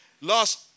Last